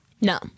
no